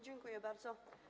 Dziękuję bardzo.